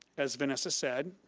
as vanessa said,